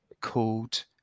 called